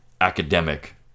academic